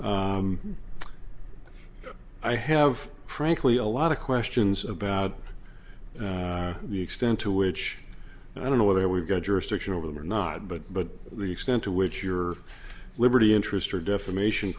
who i have frankly a lot of questions about the extent to which i don't know whether we've got jurisdiction over them or not but but the extent to which your liberty interest or defamation